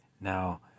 Now